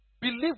Believe